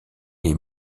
les